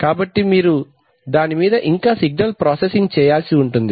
కాబట్టి మీరు దాని మీద ఇంకా సిగ్నల్ ప్రాసెస్సింగ్ చేయాల్సి ఉంటుంది